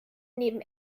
neben